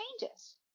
changes